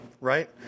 right